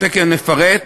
ותכף נפרט,